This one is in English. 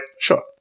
Sure